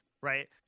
right